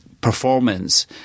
performance